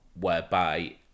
whereby